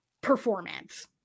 performance